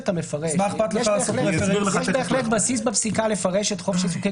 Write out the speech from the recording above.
יש בהחלט בסיס בפסיקה לפרש את חופש העיסוק,